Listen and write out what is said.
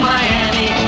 Miami